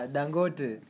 Dangote